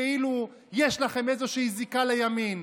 כאילו יש לכם איזושהי זיקה לימין.